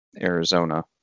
Arizona